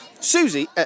Susie